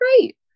great